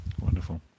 wonderful